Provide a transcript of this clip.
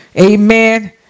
amen